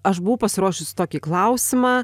aš buvau pasiruošus tokį klausimą